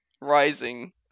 rising